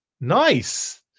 Nice